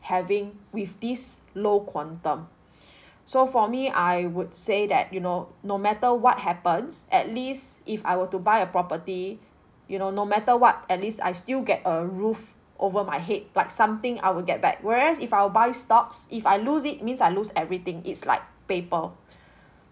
having with this low quantum so for me I would say that you know no matter what happens at least if I were to buy a property you know no matter what at least I still get a roof over my head like something I will get back whereas if I'll buy stocks if I lose it means I lose everything it's like paper